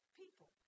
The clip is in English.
people